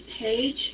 page